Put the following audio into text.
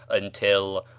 until,